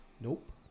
Nope